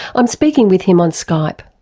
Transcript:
i'm speaking with him on skype.